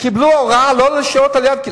קיבלו הוראה שלא לשהות לידה.